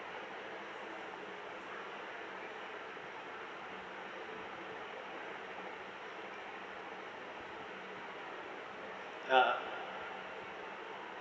ya